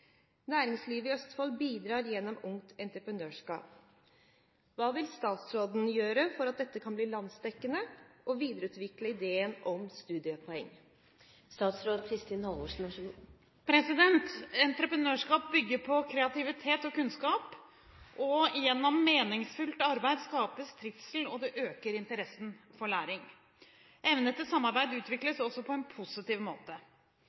Næringslivet i Østfold bidrar gjennom Ungt Entreprenørskap. Hva vil statsråden gjøre for at dette kan bli landsdekkende og videreutvikle ideen om studiepoeng? Entreprenørskap bygger på kreativitet og kunnskap. Gjennom meningsfullt arbeid skapes trivsel, og det øker interessen for læring. Evne til samarbeid utvikles også på en positiv måte.